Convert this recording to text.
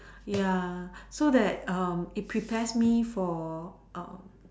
ya so that um it prepares me for um